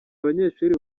abanyeshuri